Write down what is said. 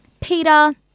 Peter